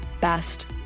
best